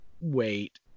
wait